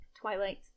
Twilight